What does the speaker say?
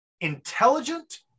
intelligent